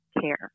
care